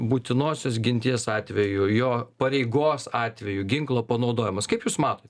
būtinosios ginties atveju jo pareigos atveju ginklo panaudojimas kaip jūs matot